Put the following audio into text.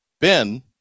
Ben